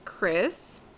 Chris